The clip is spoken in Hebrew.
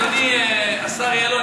אדוני השר יעלון,